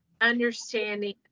understanding